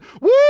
woo